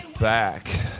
back